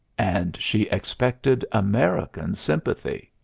and she expected american sympathy.